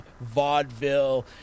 vaudeville